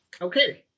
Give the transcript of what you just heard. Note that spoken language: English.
Okay